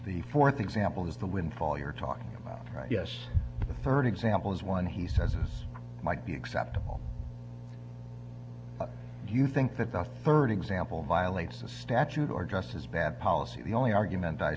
the fourth example is the windfall you're talking about yes the third example is one he says it might be acceptable do you think that the third example violates a statute or just as bad policy the only argument i